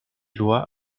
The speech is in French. lois